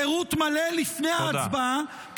פירוט מלא לפני ההצבעה,